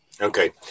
Okay